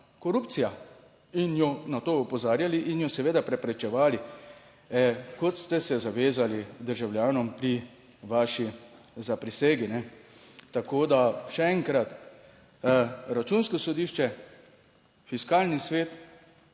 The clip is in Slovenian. korupcija in jo na to opozarjali in jo seveda preprečevali, kot ste se zavezali državljanom pri vaši zaprisegi. Tako, da še enkrat, Računsko sodišče, Fiskalni svet,